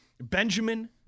Benjamin